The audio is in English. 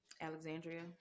Alexandria